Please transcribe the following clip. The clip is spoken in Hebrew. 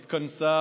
התכנסה,